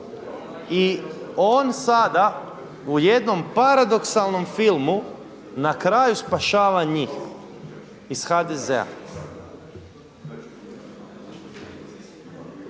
I on sada u jednom paradoksalnom filmu na kraju spašava njih iz HDZ-a.